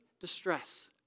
distress